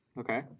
Okay